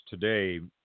today